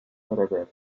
heredero